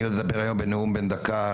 אדבר עליו היום בנאום בן דקה,